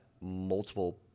multiple